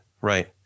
right